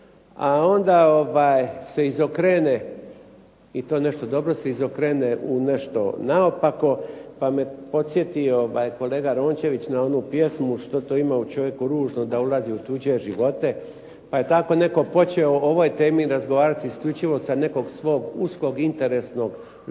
a onda se izokrene i to nešto dobro se izokrene u nešto naopako pa me podsjetio kolega Rončević na onu pjesmu "Što to ima u čovjeku ružno da ulazi u tuđe živote" pa je tako netko počeo o ovoj temi razgovarati isključivo sa nekog svog uskog interesnog lokalnog,